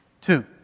Two